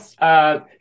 Yes